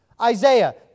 Isaiah